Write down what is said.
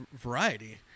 variety